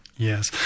Yes